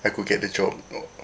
I could get the job